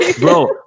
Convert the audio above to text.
Bro